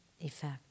effect